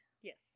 Yes